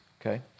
okay